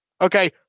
Okay